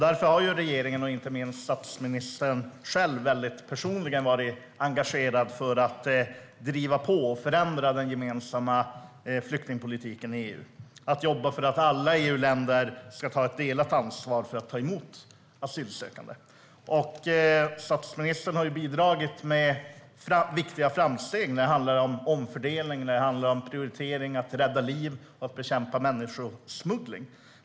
Därför har regeringen, och inte minst statsministern personligen, varit engagerad för att driva på och förändra den gemensamma flyktingpolitiken i EU och jobba för att alla EU-länder ska ta ett delat ansvar för att ta emot asylsökande. Statsministern har bidragit med viktiga framsteg när det handlar om omfördelning och prioritering för att rädda liv och bekämpa människosmuggling.